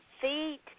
feet